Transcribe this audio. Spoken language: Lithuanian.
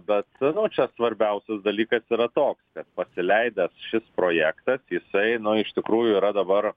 bet nu čia svarbiausias dalykas yra toks kad pasileidęs šis projektas jisai nu iš tikrųjų yra dabar